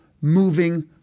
moving